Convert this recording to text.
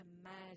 imagine